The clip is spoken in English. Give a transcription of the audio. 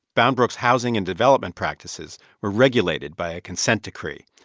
bound brooks' housing and development practices were regulated by a consent decree.